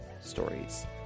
stories